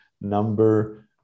number